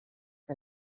que